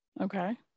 okay